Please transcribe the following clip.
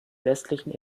westlichen